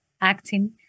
acting